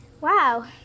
Wow